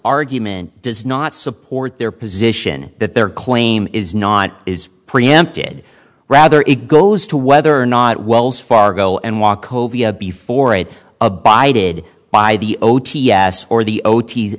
argument does not support their position that their claim is not is preempted rather it goes to whether or not wells fargo and walk before it abided by the o t s or t